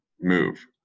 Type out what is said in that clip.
move